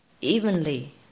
evenly